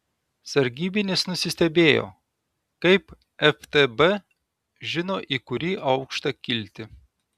sargybinis nusistebėjo kaip ftb žino į kurį aukštą kilti